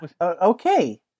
okay